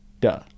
Duh